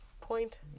Point